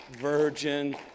virgin